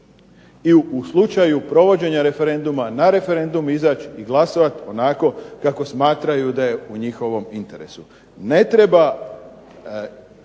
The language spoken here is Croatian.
i u slučaju provođenja referenduma na referendum izaći i glasovat onako kako smatraju da je u njihovom interesu.